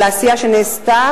על העשייה שנעשתה,